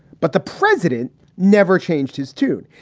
but the president never changed his tune.